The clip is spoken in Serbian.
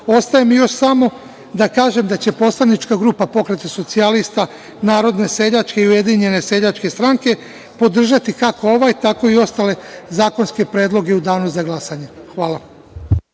ostaje mi još samo da kažem da će poslanička grupa Pokreta socijalista - Narodne seljačke - Ujedinjene seljačke stranke, podržati kako ovaj tako i ostale zakonske predloge u Danu za glasanje. Hvala.